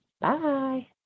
Bye